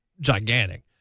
gigantic